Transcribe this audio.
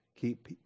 Keep